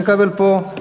איתן כבל פה.